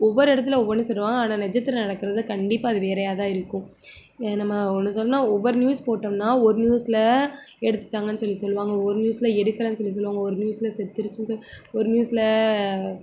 ஒவ்வொரு இடத்துல ஒவ்வொன்று சொல்வாங்க ஆனால் நிஜத்துல நடக்கிறது கண்டிப்பாக அது வேறயாக தான் இருக்கும் ஏன் நம்ம ஒன்று சொன்னால் ஒவ்வொரு நியூஸ் போட்டோம்னா ஒரு நியூஸில் எடுத்துவிட்டாங்கன்னு சொல்லி சொல்வாங்க ஒரு நியூஸில் எடுக்கலைன்னு சொல்லி சொல்வாங்க ஒரு நியூஸில் செத்துடுச்சின்னு சொல்லி ஒரு நியூஸில்